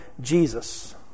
Jesus